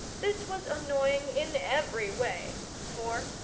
this was annoying in every way, for,